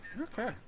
Okay